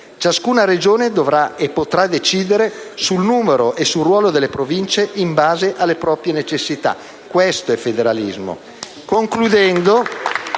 Ciascuna Regione dovrà e potrà decidere sul numero e sul ruolo delle Province in base alle proprie necessità: questo è federalismo!*(Applausi